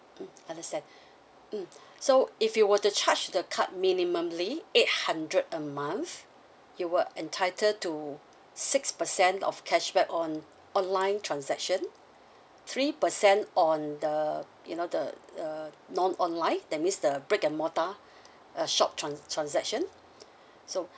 mm understand mm so if you were to charge the card minimally eight hundred a month you will entitle to six percent of cashback on online transaction three percent on the you know the the non-online that means the brick and mortar uh shop tran~ transaction so